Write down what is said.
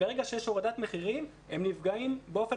ברגע שיש הורדת מחירים הם נפגעים באופן